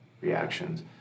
reactions